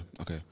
okay